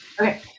Okay